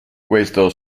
queste